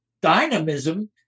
dynamism